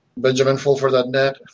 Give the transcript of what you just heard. benjaminfulford.net